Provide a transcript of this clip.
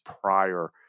prior